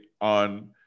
on